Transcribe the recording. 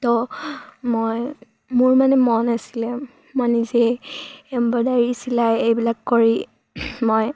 ত' মই মোৰ মানে মন আছিলে মই নিজে এম্ব্ৰইডাৰী চিলাই এইবিলাক কৰি মই